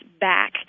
back